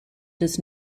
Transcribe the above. does